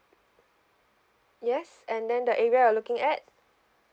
yes and then the area you're looking at